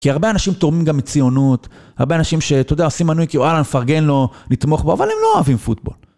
כי הרבה אנשים תורמים גם לציונות, הרבה אנשים שאתה יודע עושים מנוי כי וואלה נפרגן לו נתמוך בו, אבל הם לא אוהבים פוטבול.